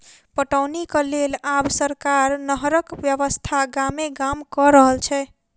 पटौनीक लेल आब सरकार नहरक व्यवस्था गामे गाम क रहल छै